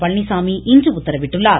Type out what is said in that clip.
பழனிச்சாமி இன்று உத்தரவிட்டுள்ளார்